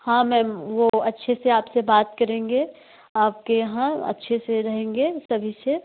हाँ मैम वह अच्छे से आप से बात करेंगे आपके यहाँ अच्छे से रहेंगे तमीज़ से